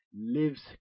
lives